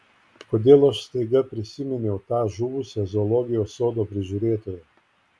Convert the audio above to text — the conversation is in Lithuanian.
kodėl aš staiga prisiminiau tą žuvusią zoologijos sodo prižiūrėtoją